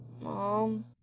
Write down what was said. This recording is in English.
Mom